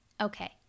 Okay